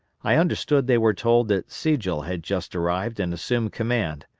i understood they were told that sigel had just arrived and assumed command,